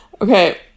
Okay